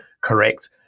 correct